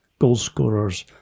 goalscorers